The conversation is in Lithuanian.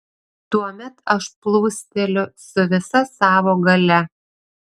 tuomet aš plūsteliu su visa savo galia